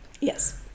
yes